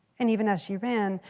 and even as she ran,